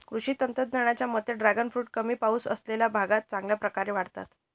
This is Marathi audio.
कृषी तज्ज्ञांच्या मते ड्रॅगन फ्रूट कमी पाऊस असलेल्या भागात चांगल्या प्रकारे वाढतात